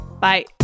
Bye